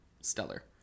stellar